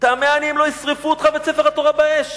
תמה אני אם לא ישרפו אותך ואת ספר התורה באש".